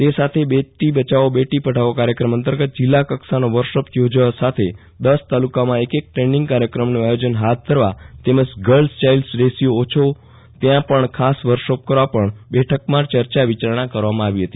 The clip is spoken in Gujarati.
તે સાથે બેટી બચાવો બેટી પઢાવો કાર્યક્રમ અંતર્ગત જિલ્લાોકક્ષાનો વર્કશોપ યોજવા સાથે દસ તાલુકામાં એક એક ટ્રેભિંગ કાર્થક્રમનું આયોજન ફાથ ધરવા તેમજ ગર્લ્સી ચાઇલ્ડ રેશીયો ઓછો ત્યાંા પણ ખાસ વર્કશોપ કરવા પણ બેઠકમાં ચર્ચા વિચારણા કરાઇ હતી